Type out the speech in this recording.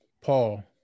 Paul